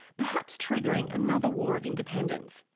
perhaps triggering another war of independence.